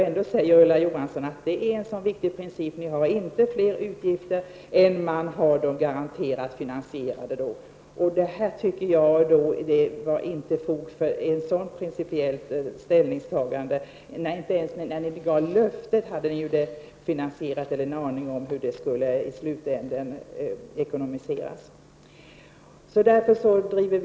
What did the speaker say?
Ändå säger Ulla Johansson att det är en viktig princip som socialdemokraterna har att inte ta på sig flera utgifter än att man garanterat kan finansiera dem. Jag tycker inte att det finns fog för ett sådant principiellt uttalande. Inte ens när ni avgav löftet hade ni finansierat det eller hade ens en aning om hur det i slutänden skulle finasieras.